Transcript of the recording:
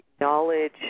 knowledge